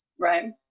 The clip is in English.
Right